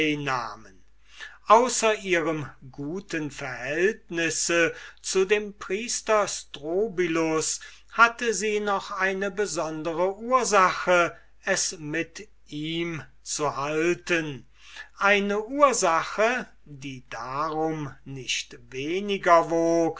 außer ihrem verhältnis mit dem priester strobylus hatte sie noch eine besondere ursache es mit ihm zu halten eine ursache die darum nicht weniger